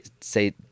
say